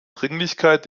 dringlichkeit